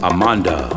Amanda